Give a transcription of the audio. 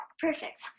Perfect